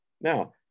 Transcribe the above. Now